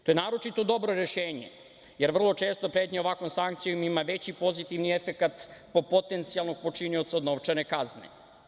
To je naročito dobro rešenje jer vrlo često pretnja ovakvom sankcijom ima veći pozitivni efekat po potencijalnog počinioca od novčane kazne.